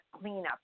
cleanup